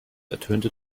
ertönte